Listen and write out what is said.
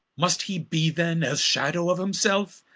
must he be then as shadow of himselfe?